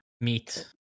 meat